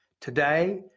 Today